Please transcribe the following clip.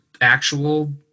actual